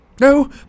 No